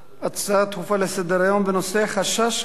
הצעות דחופות לסדר-היום בנושא: חשש לעתידם